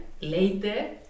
later